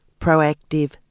proactive